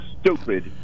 stupid